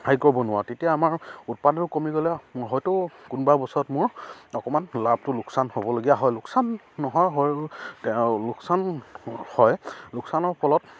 হেৰি কৰিব নোৱাৰোঁ তেতিয়া আমাৰ উৎপাদনো কমি গ'লে হয়তো কোনোবা বছৰত মোৰ অকণমান লাভটো লোকচান হ'বলগীয়া হয় লোকচান নহয় হয় লোকচান হয় লোকচানৰ ফলত